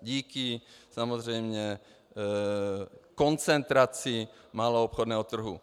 Díky samozřejmě koncentraci maloobchodního trhu.